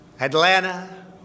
Atlanta